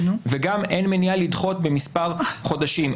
וגם אין מניעה לדחות במספר חודשים.